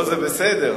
זה בסדר,